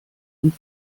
und